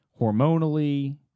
hormonally